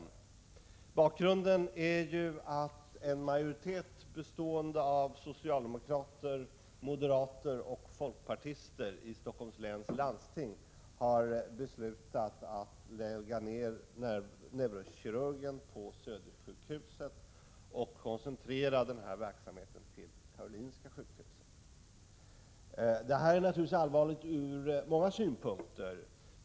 i 2-6 : m den neuro Bakgrunden är ju att en majoritet bestående av socialdemokrater, = é öd :”§ Så ) Fö kirurgiska kliniken vid moderater och folkpartister i Stockholms läns landsting har beslutat att lägga SA å 5 SR é Södersjukhuset i Stockned neurokirurgen på Södersjukhuset och koncentrera denna verksamhet till kolt Karolinska sjukhuset. Detta är naturligtvis allvarligt ur många synpunkter.